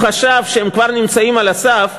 ואם ב-2004 הוא חשב שהם כבר נמצאים על הסף,